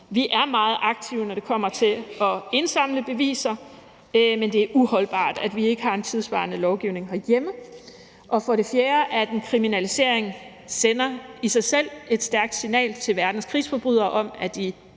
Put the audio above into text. Vi er meget aktive, når det kommer til at indsamle beviser, men det er uholdbart, at vi ikke har en tidssvarende lovgivning herhjemme; for det fjerde at en kriminalisering i sig selv sender et stærkt signal til verdens krigsforbrydere om, at de